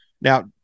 Now